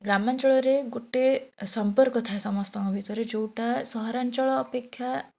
ଗ୍ରାମାଞ୍ଚଳରେ ଗୋଟେ ସମ୍ପର୍କ ଥାଏ ସମସ୍ତଙ୍କ ଭିତରେ ଯେଉଁଟା ସହରାଞ୍ଚଳ ଅପେକ୍ଷା